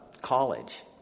college